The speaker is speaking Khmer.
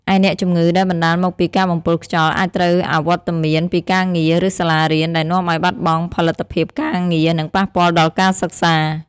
ឯអ្នកជំងឺដែលបណ្ដាលមកពីការបំពុលខ្យល់ អាចត្រូវអវត្តមានពីការងារ ឬសាលារៀន ដែលនាំឱ្យបាត់បង់ផលិតភាពការងារ និងប៉ះពាល់ដល់ការសិក្សា។